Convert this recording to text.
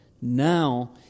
now